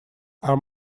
are